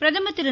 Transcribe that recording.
பிரதமர் திரு